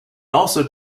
also